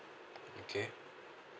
okay